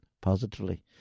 positively